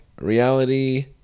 reality